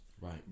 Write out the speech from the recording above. right